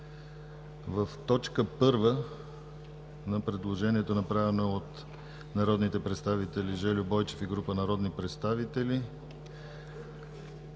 в т. 1 на предложението, направено от народните представители Жельо Бойчев и група народни представители.